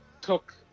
took